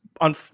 On